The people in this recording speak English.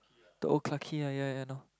the old Clarke-Quay lah ya ya I know